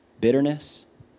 Bitterness